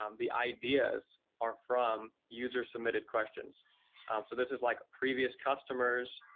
um the ideas are from user-submitted questions. um so this is like previous customers,